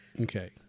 Okay